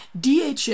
DHA